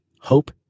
hope